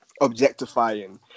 objectifying